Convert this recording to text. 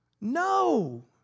No